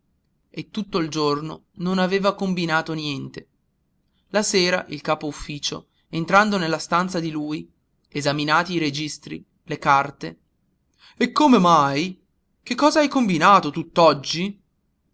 e tutto il giorno non aveva combinato niente la sera il capo-ufficio entrando nella stanza di lui esaminati i registri le carte e come mai che hai combinato